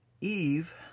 Eve